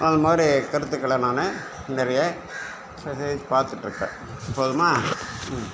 அதுமாதிரி கருத்துக்கள் நானும் நிறைய அது பார்த்துட்டு இருக்கேன் போதுமா